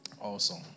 awesome